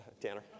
Tanner